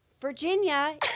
Virginia